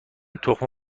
تخم